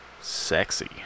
sexy